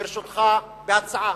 ברשותך, בהצעה,